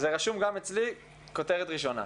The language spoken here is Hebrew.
זה רשום גם אצלי ככותרת ראשונה.